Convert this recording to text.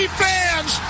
fans